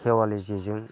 खेवालि जेजों